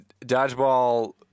Dodgeball